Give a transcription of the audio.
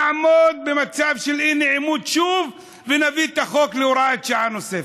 נעמוד במצב של אי-נעימות שוב ונביא את החוק בהוראת שעה נוספת.